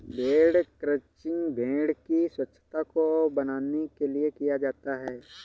भेड़ क्रंचिंग भेड़ की स्वच्छता को बनाने के लिए किया जाता है